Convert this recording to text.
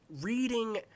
reading